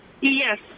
Yes